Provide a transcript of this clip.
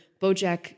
Bojack